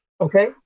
Okay